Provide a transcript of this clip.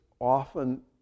often